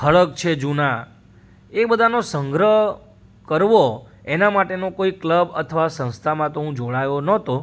ખડગ છે જૂનાં એ બધાંનો સંગ્રહ કરવો એનાં માટેનો કોઈ ક્લબ અથવા સંસ્થામાં તો હું જોડાયો નહોતો